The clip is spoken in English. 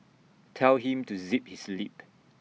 tell him to zip his lip